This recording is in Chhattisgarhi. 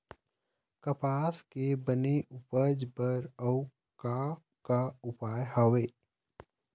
कपास के बने उपज बर अउ का का उपाय हवे?